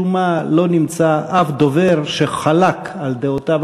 משום מה לא נמצא אף דובר שחלק על דעותיו